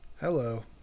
Hello